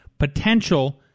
Potential